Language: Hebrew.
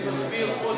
אני מסביר עוד